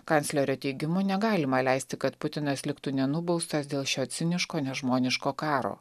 kanclerio teigimu negalima leisti kad putinas liktų nenubaustas dėl šio ciniško nežmoniško karo